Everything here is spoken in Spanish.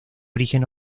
origen